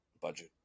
budget